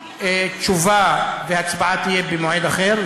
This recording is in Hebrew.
שתשובה והצבעה תהיה במועד אחר,